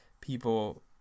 People